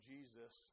Jesus